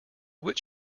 which